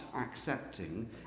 accepting